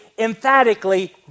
Emphatically